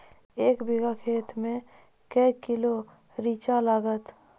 एक बीघा खेत मे के किलो रिचा लागत?